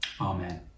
Amen